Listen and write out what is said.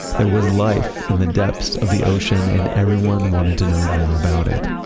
there was life in the depths of the ocean and everyone wanted to know more about it.